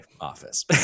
office